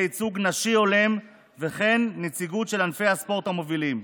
ייצוג נשים הולם וכן נציגות של ענפי הספורט המובילים,